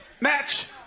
match